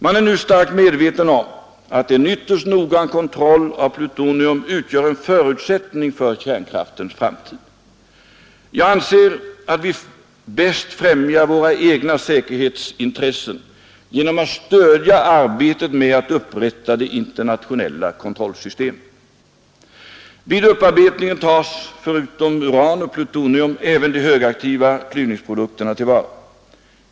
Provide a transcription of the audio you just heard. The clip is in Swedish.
Man är nu starkt medveten om att en ytterst noggrann kontroll av plutonium utgör en förutsättning för kärnkraftens framtid. Jag anser att vi bäst främjar våra egna säkerhetsintressen genom att stödja arbetet med att upprätta det internationella kontrollsystemet. Vid upparbetningen tas, förutom uran och plutonium, även de högaktiva klyvningsprodukterna till vara.